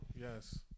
Yes